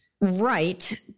Right